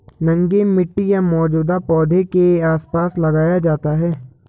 नंगे मिट्टी या मौजूदा पौधों के आसपास लगाया जाता है